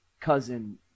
cousin